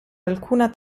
alcuna